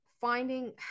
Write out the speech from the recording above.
finding